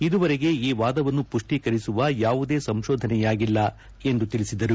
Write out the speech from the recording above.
ಇದುವರೆಗೆ ಈ ವಾದವನ್ನು ಪುಷ್ಷೀಕರಿಸುವ ಯಾವುದೇ ಸಂಶೋಧನೆಯಾಗಿಲ್ಲ ಎಂದು ತಿಳಿಸಿದರು